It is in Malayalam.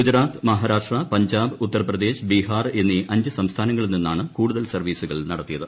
ഗുജറാത്ത് മഹാരാഷ്ട്ര പഞ്ചാബ് ഉത്തർപ്രദേശ് ബിഹാർ എന്നീ അഞ്ച് സംസ്ഥാനങ്ങളിൽ നിന്നാണ് കൂടുതൽ സർവ്വീസുകൾ നടത്തിയത്